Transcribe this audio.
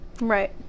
right